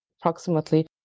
approximately